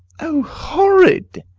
o horrid!